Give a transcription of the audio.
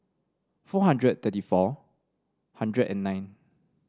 four hundred thirty four hundred and nine